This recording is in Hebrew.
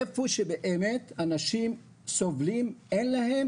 איפה שבאמת אנשים סובלים, אין להם